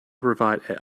provide